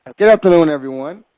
good afternoon, everyone.